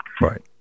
Right